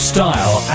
Style